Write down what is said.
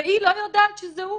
בלי שהיא יודעת שהוא זה הוא.